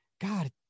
god